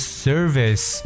service